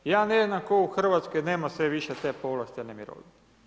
Ja ne znam tko u Hrvatskoj nema sve više te povlaštene mirovine.